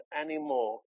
anymore